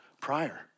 prior